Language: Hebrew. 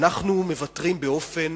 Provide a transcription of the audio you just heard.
אנחנו מוותרים באופן